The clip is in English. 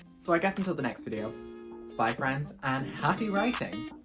so i guess until the next video bye friends and happy writing